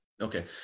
Okay